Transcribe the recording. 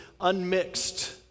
unmixed